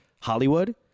Hollywood